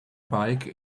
bike